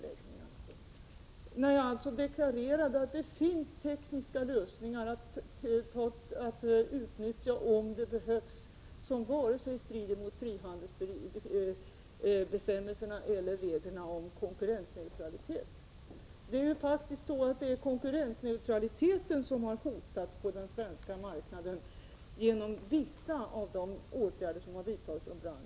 Jag deklarerade alltså att det vid behov finns tekniska lösningar att utnyttja som varken strider mot frihandelsbestämmelserna eller mot reglerna om konkurrensneutralitet. Det är faktiskt konkurrensneutraliteten på den svenska marknaden som har hotats genom vissa av de åtgärder som vidtagits av branschen själv.